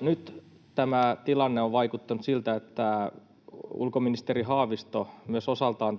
nyt tämä tilanne on vaikuttanut siltä, että ulkoministeri Haavisto myös osaltaan